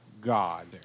god